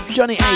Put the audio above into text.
Johnny